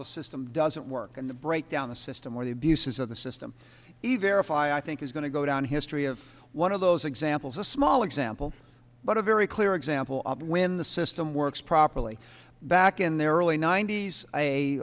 the system doesn't work and the breakdown the system where the abuses of the system even if i think is going to go down history of one of those examples a small example but a very clear example of when the system works properly back in their early ninety's a